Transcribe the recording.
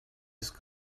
ist